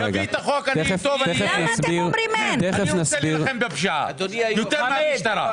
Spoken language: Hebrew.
אני רוצה להילחם בפשיעה יותר מהמשטרה.